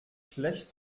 schlecht